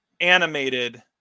animated